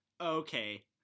okay